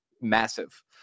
massive